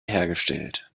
hergestellt